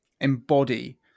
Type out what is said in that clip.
embody